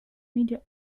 media